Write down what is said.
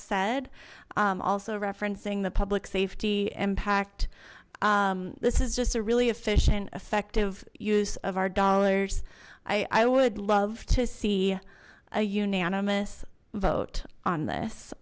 said also referencing the public safety impact this is just a really efficient effective use of our dollars i would love to see a unanimous vote on